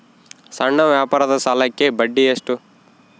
ಸಣ್ಣ ವ್ಯಾಪಾರದ ಸಾಲಕ್ಕೆ ಬಡ್ಡಿ ಎಷ್ಟು?